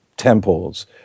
temples